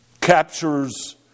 captures